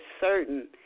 certain